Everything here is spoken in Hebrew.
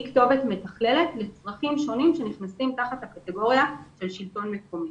התכתובת המתכללת לצרכים שונים שנכנסים תחת הקטגוריה של שלטון מקומי.